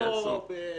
תגידו,